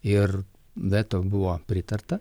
ir veto buvo pritarta